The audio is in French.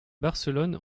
barcelone